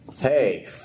Hey